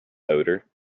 odour